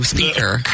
Speaker